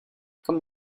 come